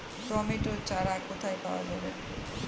Tomato চারা কোথায় পাওয়া যাবে?